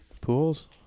Pools